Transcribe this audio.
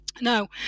Now